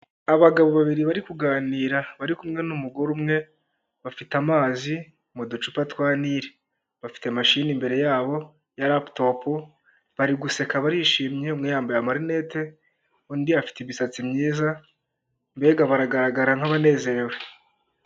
Abagabo babiri bari kuganira, bari kumwe n'umugore umwe, bafite amazi mu ducupa twa nili, bafite mashini imbere yabo ya laputopu, bari guseka, barishimye, umwe yambaye amarinete undi afite imisatsi myiza mbega baragaragara nk'abanezerewe.